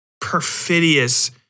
perfidious